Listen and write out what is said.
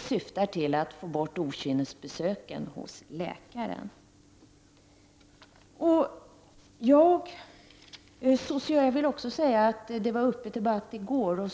syftar till att få bort okynnesbesöken hos läkare. Jag vill också säga att denna fråga även var uppe till debatt i går.